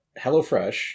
HelloFresh